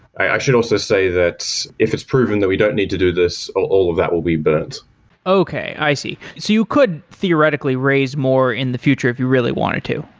i ah should also say that it's proven that we don't need to do this, all of that will be burnt okay. i see. you could theoretically raise more in the future if you really wanted to.